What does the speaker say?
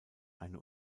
eine